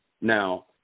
Now